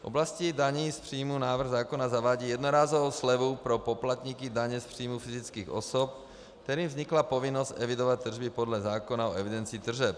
V oblasti daní z příjmů návrh zákona zavádí jednorázovou slevu pro poplatníky daně z příjmů fyzických osob, kterým vznikla povinnost evidovat tržby podle zákona o evidenci tržeb.